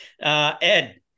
Ed